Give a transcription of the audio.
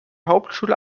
hauptschule